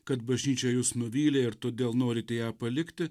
kad bažnyčia jus nuvylė ir todėl norite ją palikti